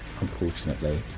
unfortunately